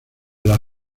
las